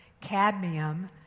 cadmium